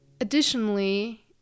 additionally